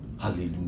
Hallelujah